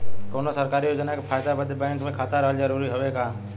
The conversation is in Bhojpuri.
कौनो सरकारी योजना के फायदा बदे बैंक मे खाता रहल जरूरी हवे का?